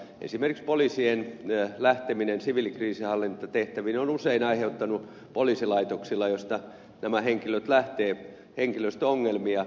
esimerkiksi poliisien lähteminen siviilikriisinhallintatehtäviin on usein aiheuttanut poliisilaitoksilla joista nämä henkilöt lähtevät henkilöstöongelmia